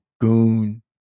goon